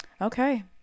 Okay